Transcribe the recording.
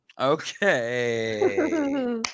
Okay